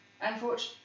Unfortunately